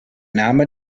name